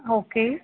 okay